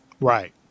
Right